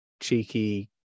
cheeky